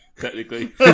Technically